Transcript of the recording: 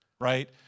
Right